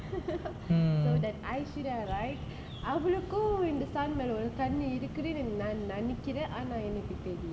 so that aishwarya right அவளுக்கும் இந்த:avalukkum intha sun மேல ஒரு கண்ணு இருக்குனு நா நெனைக்குற ஆனா எனக்கு தெரில:mela oru kannu irukkunu nenaikkura aanaa enakku therila